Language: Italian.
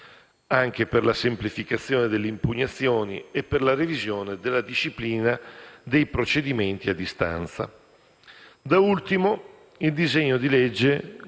per la semplificazione delle impugnazioni e per la revisione della disciplina dei procedimenti a distanza. Da ultimo, il disegno di legge